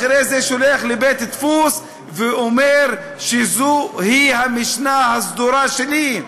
אחרי זה שולח לבית-דפוס ואומר שזו המשנה הסדורה שלו.